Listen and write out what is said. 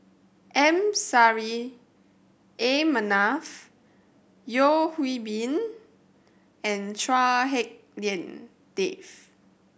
M Saffri A Manaf Yeo Hwee Bin and Chua Hak Lien Dave